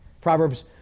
Proverbs